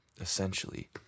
Essentially